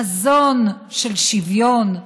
חזון של שוויון.